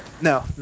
no